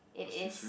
it is